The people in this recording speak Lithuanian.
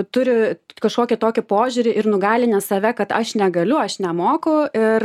turi kažkokį tokį požiūrį ir nugalinęs save kad aš negaliu aš nemoku ir